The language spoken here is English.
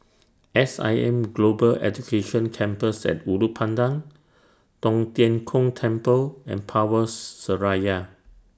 S I M Global Education Campus At Ulu Pandan Tong Tien Kung Temple and Power Seraya